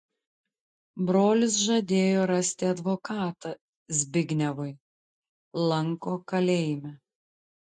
brolis žadėjo rasti advokatą zbignevui lanko kalėjime